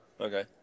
Okay